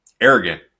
Arrogant